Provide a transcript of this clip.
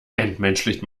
entmenschlicht